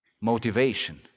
Motivation